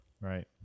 Right